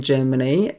Germany